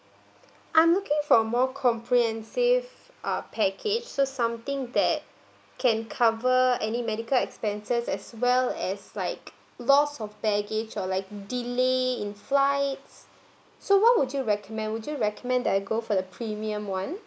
I'm looking for more comprehensive uh package so something that can cover any medical expenses as well as like lots of baggage or like delay in flights so what would you recommend would you recommend that I go for the premium one